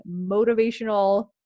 motivational